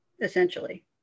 essentially